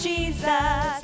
Jesus